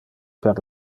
per